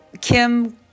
Kim